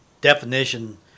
definition